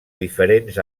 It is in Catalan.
diferents